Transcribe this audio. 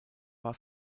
war